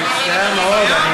אני מצטער מאוד.